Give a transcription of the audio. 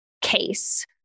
case